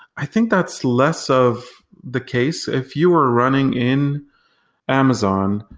i think that's less of the case. if you were running in amazon,